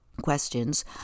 questions